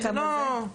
זה לא,